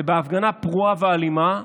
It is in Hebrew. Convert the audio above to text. זה הפגנה פרועה ואלימה,